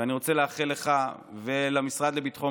ואני רוצה לאחל לך ולמשרד לביטחון